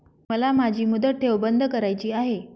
मला माझी मुदत ठेव बंद करायची आहे